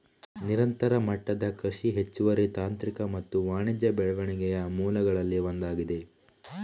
ನಿರಂತರ ಮಟ್ಟದ ಕೃಷಿ ಹೆಚ್ಚುವರಿ ತಾಂತ್ರಿಕ ಮತ್ತು ವಾಣಿಜ್ಯ ಬೆಳವಣಿಗೆಯ ಮೂಲಗಳಲ್ಲಿ ಒಂದಾಗಿದೆ